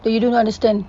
that you don't understand